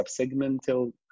subsegmental